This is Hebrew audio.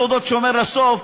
תודות שומר לסוף,